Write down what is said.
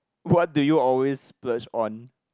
what do you always splurge on